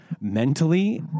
mentally